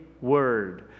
word